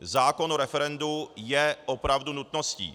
Zákon o referendu je opravdu nutností.